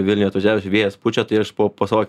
vilniuj atvažiavęs čia vėjas pučia tai aš po po savo